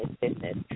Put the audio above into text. business